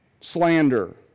slander